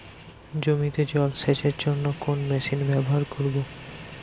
জমিতে জল সেচের জন্য কোন মেশিন ব্যবহার করব?